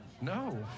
No